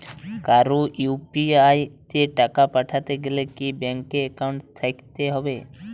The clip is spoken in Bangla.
কারো ইউ.পি.আই তে টাকা পাঠাতে গেলে কি ব্যাংক একাউন্ট থাকতেই হবে?